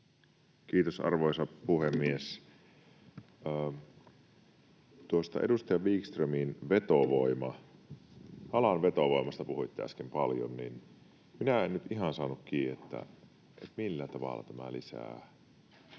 Kiitos, arvoisa puhemies! Edustaja Wickström, alan vetovoimasta puhuitte äsken paljon, mutta minä en nyt ihan saanut kiinni, millä tavalla tämä lisää